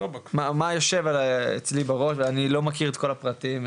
מה יושב אצלי בראש ואני לא מכיר את כל הפרטים,